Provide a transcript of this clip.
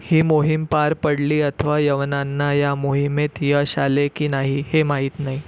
ही मोहीम पार पडली अथवा यवनांना या मोहिमेत यश आले की नाही हे माहीत नाही